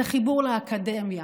את החיבור לאקדמיה,